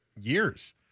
years